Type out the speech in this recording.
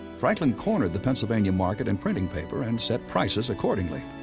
franklin cornered the pennsylvania market in printing paper and set prices accordingly.